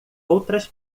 outras